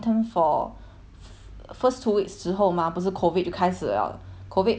first two weeks 之后 mah 不是 COVID 就开始 liao COVID oh 不是他们就开始那个